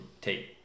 take